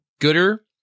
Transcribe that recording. gooder